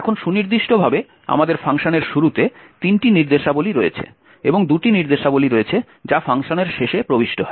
এখন সুনির্দিষ্টভাবে আমাদের ফাংশনের শুরুতে তিনটি নির্দেশাবলী রয়েছে এবং দুটি নির্দেশাবলী রয়েছে যা ফাংশনের শেষে প্রবিষ্ট হয়